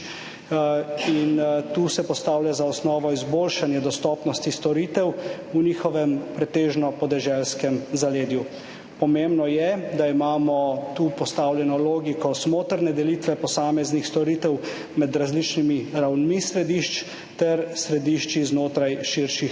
tu se postavlja za osnovo izboljšanje dostopnosti storitev v njihovem pretežno podeželskem zaledju. Pomembno je, da imamo tu postavljeno logiko smotrne delitve posameznih storitev med različnimi ravnmi središč ter središči znotraj širših mestnih